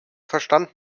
verstand